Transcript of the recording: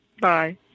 Bye